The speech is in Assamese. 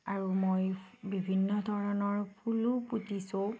আৰু মই বিভিন্নধৰণৰ ফুলো পুতিছোঁ